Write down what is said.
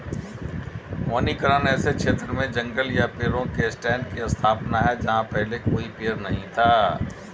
वनीकरण ऐसे क्षेत्र में जंगल या पेड़ों के स्टैंड की स्थापना है जहां पहले कोई पेड़ नहीं था